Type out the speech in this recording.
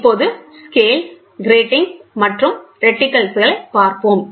இப்போது scales gratings மற்றும் ரெட்டிகில்ஸில் பார்ப்போம்